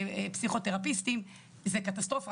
לפסיכותרפיסטים זה קטסטרופה,